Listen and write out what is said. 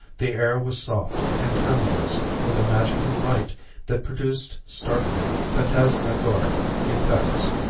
the air was soft and tremulous with a magical light that produced startling phantasmagoric effects.